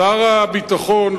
שר הביטחון,